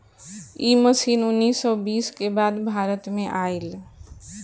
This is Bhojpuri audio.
इ मशीन उन्नीस सौ बीस के बाद भारत में आईल